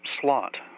slot